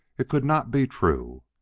it could not be true.